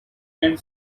and